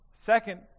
Second